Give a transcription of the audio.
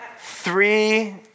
three